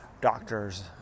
doctors